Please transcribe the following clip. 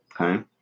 okay